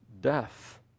death